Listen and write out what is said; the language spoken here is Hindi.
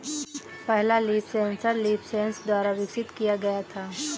पहला लीफ सेंसर लीफसेंस द्वारा विकसित किया गया था